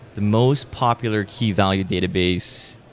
the most popular key-value database,